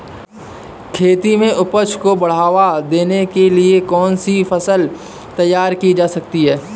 खेती में उपज को बढ़ावा देने के लिए कौन सी फसल तैयार की जा सकती है?